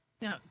No